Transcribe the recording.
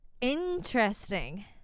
Interesting